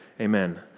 Amen